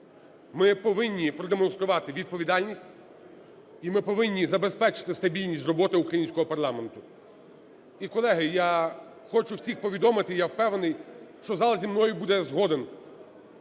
Ми повинні продемонструвати відповідальність і ми повинні забезпечити стабільність роботи українського парламенту. І, колеги, я хочу всіх повідомити, я впевнений, що зал зі мною буде згоден,